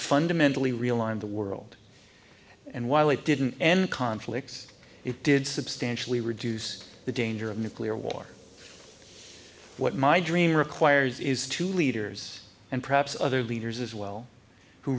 fundamentally realigned the world and while it didn't end conflicts it did substantially reduce the danger of nuclear war what my dream requires is two leaders and perhaps other leaders as well who